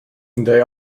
they